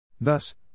Thus